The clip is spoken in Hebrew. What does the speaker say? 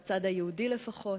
מהצד היהודי לפחות.